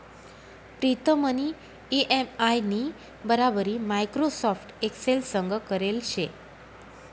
प्रीतमनी इ.एम.आय नी बराबरी माइक्रोसॉफ्ट एक्सेल संग करेल शे